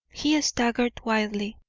he staggered wildly,